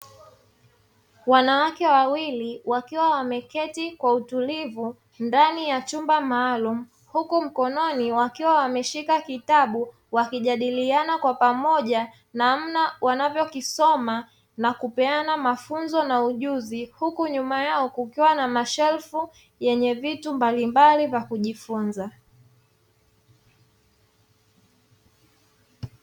Wanawake wawili wakiwa wameketi kwa utulivu ndani ya chumba maalumu, huku mkononi wakiwa wameshika kitabu wakijadiliana kwa pamoja namna wanavyokisoma na kupeana mafunzo na ujuzi, huku nyuma yao kukiwa na mashelfu yenye vitu mbalimbali vya kujifunza.